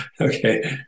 okay